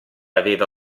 aveva